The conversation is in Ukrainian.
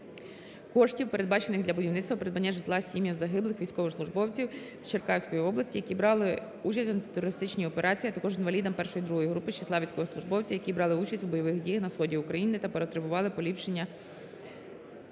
коштів передбачених для будівництва (придбання) житла сім'ям загиблих військовослужбовців з Черкаської області, які брали участь в антитерористичній операції, а також інвалідам І - ІІ групи з числа військовослужбовців, які брали участь у бойових діях на Сході України, та потребували поліпшення